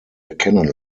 erkennen